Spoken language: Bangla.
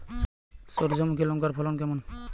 সূর্যমুখী লঙ্কার ফলন কেমন?